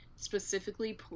Specifically